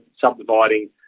subdividing